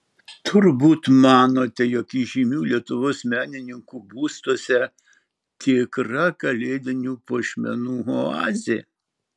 turbūt manote jog įžymių lietuvos menininkų būstuose tikra kalėdinių puošmenų oazė